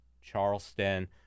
Charleston